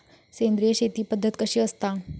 सेंद्रिय शेती पद्धत कशी असता?